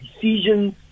decisions